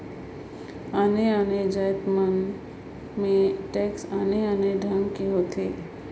आने आने जाएत मन में टेक्स आने आने ढंग कर होथे